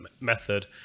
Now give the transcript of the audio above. method